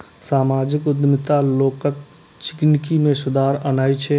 सामाजिक उद्यमिता लोगक जिनगी मे सुधार आनै छै